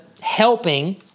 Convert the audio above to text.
helping